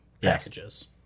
packages